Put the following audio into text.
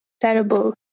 terrible